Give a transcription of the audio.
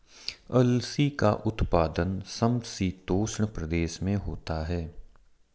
अलसी का उत्पादन समशीतोष्ण प्रदेश में होता है